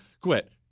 Quit